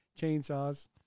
Chainsaws